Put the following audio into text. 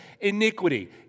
Iniquity